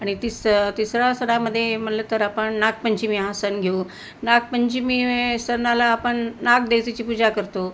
आणि तिस तिसरा सणामध्ये म्हणलं तर आपण नागपंचमी हा सण घेऊ नागपंचमी सणाला आपण नाग देवतेची पूजा करतो